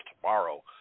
tomorrow